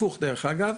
הפוך דרך אגב,